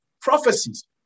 prophecies